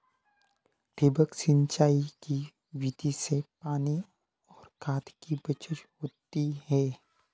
ठिबक सिंचाई की विधि से पानी और खाद की बचत होती है